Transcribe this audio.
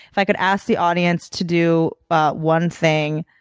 if i could ask the audience to do but one thing,